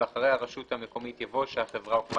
ואחרי "הרשות המקומית" יבוא "שהחברה הוקמה